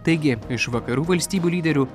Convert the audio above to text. taigi iš vakarų valstybių lyderių